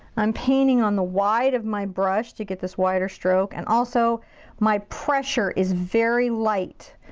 i'm painting on the wide of my brush to get this wider stroke and also my pressure is very light.